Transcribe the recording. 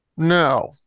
No